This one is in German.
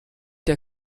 der